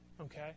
Okay